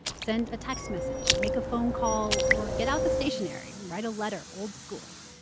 send a text message, make a phone call, or get out the stationery and write a letter old-school.